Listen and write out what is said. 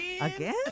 Again